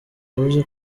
yavuze